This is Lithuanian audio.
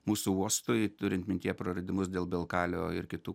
mūsų uostui turint mintyje praradimus dėl dėl kalio ir kitų